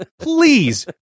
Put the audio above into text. please